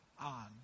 on